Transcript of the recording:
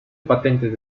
patentes